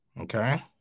Okay